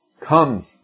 Comes